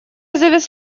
завез